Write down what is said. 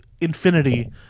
infinity